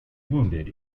wounded